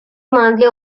monthly